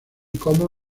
como